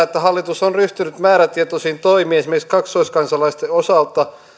että hallitus on ryhtynyt määrätietoisiin toimiin esimerkiksi kaksoiskansalaisten osalta